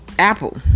Apple